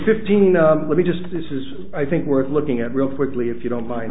fifteen let me just this is i think worth looking at real quickly if you don't mind